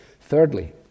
Thirdly